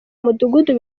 mudugudu